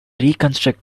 reconstruct